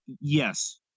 yes